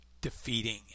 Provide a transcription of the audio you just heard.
defeating